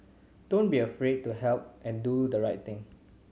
don't be afraid to help and do the right thing